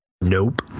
Nope